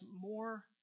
more